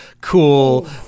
cool